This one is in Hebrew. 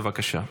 בבקשה.